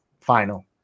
final